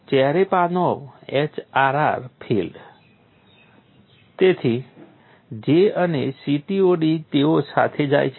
Cherepanov HRR field તેથી J અને CTOD તેઓ સાથે જાય છે